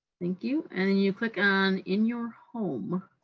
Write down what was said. thank you, and then you click on in your home